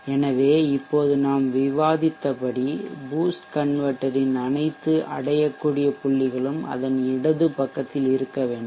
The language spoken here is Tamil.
எனவே இப்போது நாம் விவாதித்தபடி பூஸ்ட் கன்வெர்ட்டெர் ன் அனைத்து அடையக்கூடிய புள்ளிகளும் அதன் இடது பக்கத்தில் இருக்க வேண்டும்